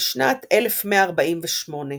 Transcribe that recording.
בשנת 1148,